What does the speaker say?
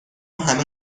همه